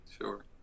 Sure